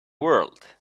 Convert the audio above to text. world